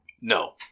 No